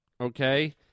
okay